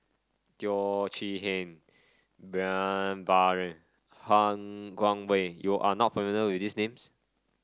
Teo Chee Hean Brian Farrell Han Guangwei you are not familiar with these names